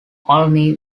olney